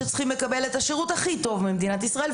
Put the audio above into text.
שצריכים לקבל את השירות הכי טוב במדינת ישראל,